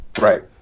right